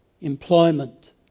employment